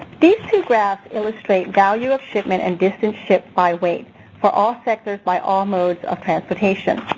these two graphs illustrate value of shipment and distance shipped by weight for all sectors by all modes of transportation.